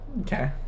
Okay